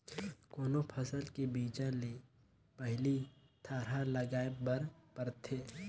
कोनो फसल के बीजा ले पहिली थरहा लगाए बर परथे